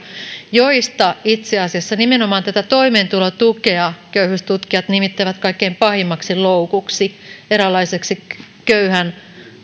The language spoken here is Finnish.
joista itse asiassa nimenomaan tätä toimeentulotukea köyhyystutkijat nimittävät kaikkein pahimmaksi loukuksi eräänlaiseksi köyhän